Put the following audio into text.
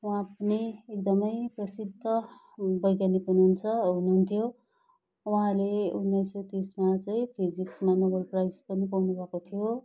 उहाँ पनि एकदमै प्रसिद्ध वैज्ञानिक हुनुहुन्छ हुनुहुन्थ्यो उहाँले उन्नाइस सय तिसमा चाहिँ फिजिक्समा नोबल प्राइज पनि पाउनु भएको थियो